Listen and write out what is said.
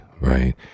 right